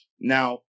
Now